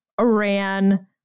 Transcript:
Iran